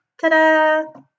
Ta-da